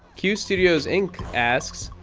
q studios inc asks,